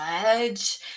judge